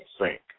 sink